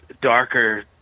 darker